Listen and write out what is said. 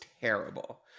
terrible